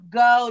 go